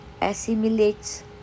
assimilates